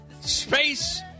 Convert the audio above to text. Space